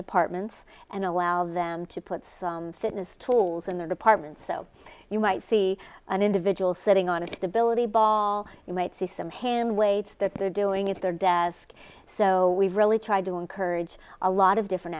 departments and allow them to put some fitness tools in their departments so you might see an individual sitting on an ability ball you might see some hand weights that they're doing it's their desk so we've really tried to encourage a lot of different